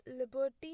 liberty